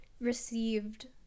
received